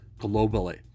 globally